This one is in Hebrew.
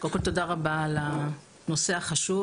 קודם כל, תודה רבה על הנושא החשוב.